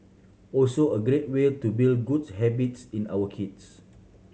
also a great way to build goods habits in our kids